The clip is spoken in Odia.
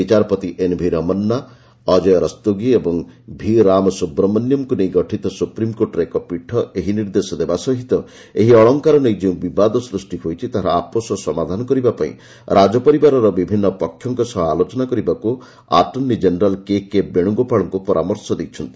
ବିଚାରପତି ଏନ୍ଭି ରମନ୍ନା ଅଜୟ ରସ୍ତୋଗି ଓ ଭି ରାମ ସୁବ୍ରମନିୟାନ୍ଙ୍କୁ ନେଇ ଗଠିତ ସୁପ୍ରିମ୍କୋର୍ଟର ଏକ ପୀଠ ଏହି ନିର୍ଦ୍ଦେଶ ଦେବା ସହିତ ଏହି ଅଳଙ୍କାର ନେଇ ଯେଉଁ ବିବାଦ ସୃଷ୍ଟି ହୋଇଛି ତାହାର ଆପୋଷ ସମାଧାନ କରିବା ପାଇଁ ରାଜପରିବାରର ବିଭିନ୍ନ ପକ୍ଷଙ୍କ ସହ ଆଲୋଚନା କରିବାକୁ ଆଟର୍ଣ୍ଣି ଜେନେରାଲ୍ କେକେ ବେଶୁଗୋପାଳଙ୍କୁ ପରାମର୍ଶ ଦେଇଛନ୍ତି